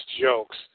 jokes